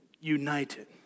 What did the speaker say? united